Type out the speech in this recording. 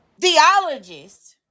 theologist